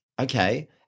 okay